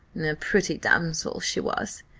a pretty damsel she was,